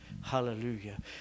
Hallelujah